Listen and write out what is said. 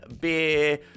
beer